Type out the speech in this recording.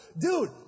dude